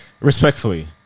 Respectfully